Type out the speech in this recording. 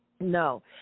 No